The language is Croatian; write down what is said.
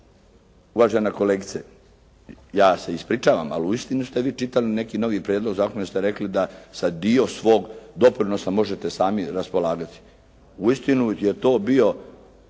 uvažena kolegice ja se ispričavam, ali uistinu ste vi čitali neki novi prijedlog zakona jer ste rekli da za dio svog doprinosa možete sami raspolagati. Uistinu je to bio